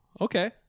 okay